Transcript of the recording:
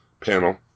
panel